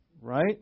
right